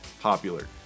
popular